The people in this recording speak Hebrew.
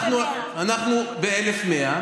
1,100. אנחנו ב-1,100.